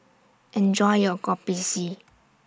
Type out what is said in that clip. Enjoy your Kopi C